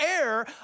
air